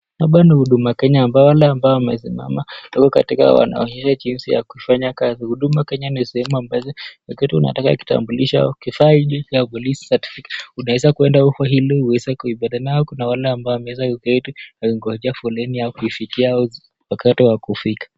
Hapa ni huduma Kenya ambapo wale ambao wamesimama wako katika wanaonyesha jinsi ya kufanya kazi. Huduma Kenya ni sehemu ambazo wakati unataka kitambulisho, kifaidi cha poliec, certificate unaweza kwenda huko ili uweze kuipata. Na kuna wale ambao wameweza kuketi wakingojea foleni yao kufikia au wakati wa kufika.